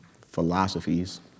philosophies